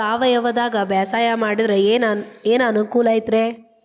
ಸಾವಯವದಾಗಾ ಬ್ಯಾಸಾಯಾ ಮಾಡಿದ್ರ ಏನ್ ಅನುಕೂಲ ಐತ್ರೇ?